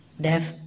deaf